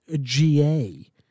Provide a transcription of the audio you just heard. GA